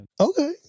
Okay